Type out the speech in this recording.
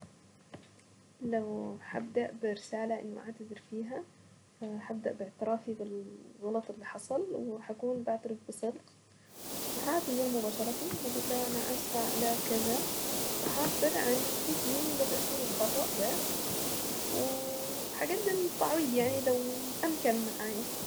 لو هبدأ برسالة اني اعتذر فيها فهبدأ باعترافي بالغلط اللي حصل وهكون بعترف بصدق وهعتذر مباشرة واقول لها انا اسفة على كذه وهعبر عن فهمي لتأثير الخطأ ده وهقدم تعويض يعني لو امكن معايا.